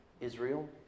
Israel